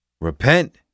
Repent